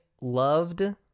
loved